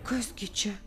kas gi čia